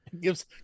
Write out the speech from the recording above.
Gives